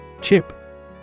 Chip